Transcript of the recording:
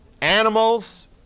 animals